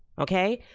okay?